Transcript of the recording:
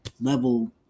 level